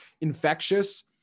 infectious